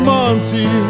Monty